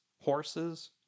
horses